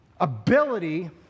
ability